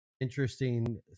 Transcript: Interesting